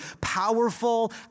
powerful